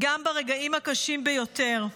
גם ברגעים הקשים ביותר.